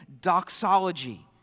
doxology